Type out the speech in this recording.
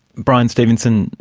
bryan stevenson,